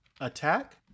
attack